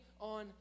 on